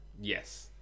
yes